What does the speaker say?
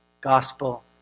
gospel